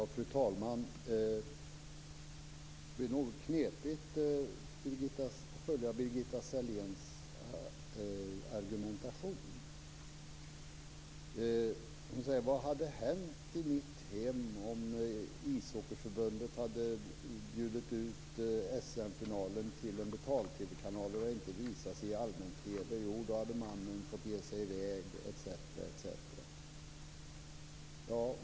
Fru talman! Det blir nog knepigt att följa Birgitta Selléns argumentation. Hon säger: Vad hade hänt i mitt hem om Ishockeyförbundet hade bjudit ut SM finalen till en betal-TV-kanal och den inte hade visats i allmän-TV? Jo, då hade mannen fått ge sig i väg etc.